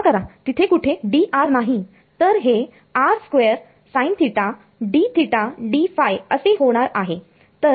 तर हे असे होणार आहे